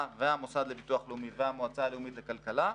והמוסד לביטוח לאומי המועצה הלאומית לכלכלה,